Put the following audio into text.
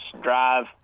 drive